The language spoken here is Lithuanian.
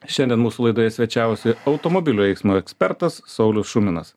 šiandien mūsų laidoje svečiavosi automobilių eismo ekspertas saulius šuminas